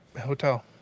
hotel